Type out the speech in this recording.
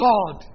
God